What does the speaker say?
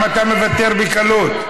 למה אתה מוותר בקלות?